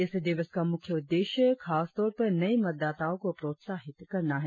इस दिवस का मुख्य उद्देश्य खसतौर पर नए मतदाताओं को प्रोत्साहित करना है